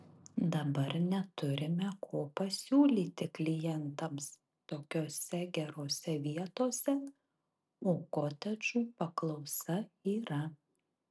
dabar neturime ko pasiūlyti klientams tokiose gerose vietose o kotedžų paklausa yra